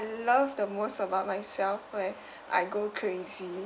love the most about myself when I go crazy